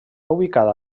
ubicada